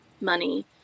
money